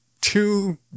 two